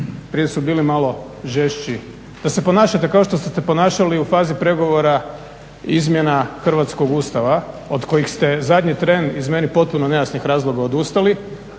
Prije su bili malo žešći, da se ponašate kao što ste se ponašali i u fazi pregovora izmjena hrvatskog Ustava od kojih ste zadnji tren iz meni potpuno nejasnih razloga odustali,